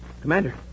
Commander